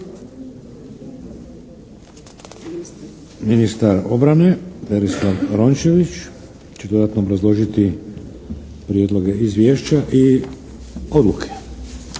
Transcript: Ministar obrane, Berislav Rončević će dodatno obrazložiti prijedloge izvješća i odluke.